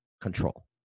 control